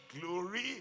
glory